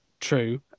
true